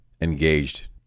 engaged